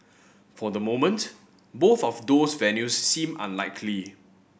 for the moment both of those venues seem unlikely